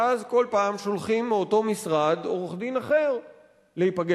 ואז כל פעם שולחים מאותו משרד עורך-דין אחר להיפגש.